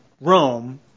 Rome